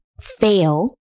fail